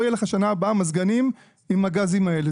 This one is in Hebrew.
יהיה לך בשנה הבאה מזגנים עם הגזים האלה.